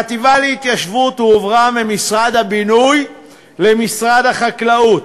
החטיבה להתיישבות הועברה ממשרד הבינוי למשרד החקלאות,